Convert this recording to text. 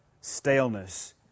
staleness